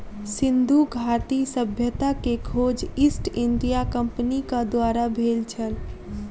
सिंधु घाटी सभ्यता के खोज ईस्ट इंडिया कंपनीक द्वारा भेल छल